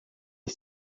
est